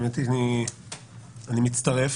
האמת היא שאני מצטרף,